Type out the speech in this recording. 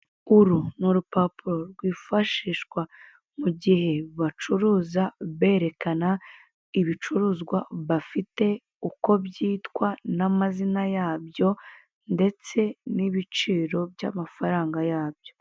Uru ni urupapuro rwifashishwa mugihe bacuruza berekana ibicuruzwa bafite uko byitwa n'amazina yabyo ndetse n'ibiciro by'amafaranga yabyo.